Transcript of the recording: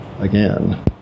again